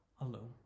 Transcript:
alone